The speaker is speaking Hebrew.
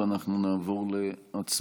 אנחנו נעבור להצבעה.